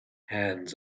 hands